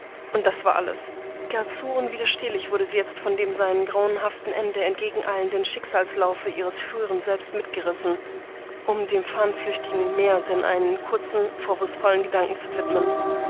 und das war alles gar zu unwiderstehlich wurde sie jetzt von dem seinem grauenhaften ende entgegeneilenden schicksalslaufe ihres früheren selbst mitgerissen um dem fahnenflüchtigen mehr denn einen kurzen vorwurfsvollen gedanken zu widmen